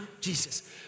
Jesus